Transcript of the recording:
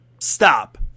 stop